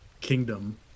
kingdom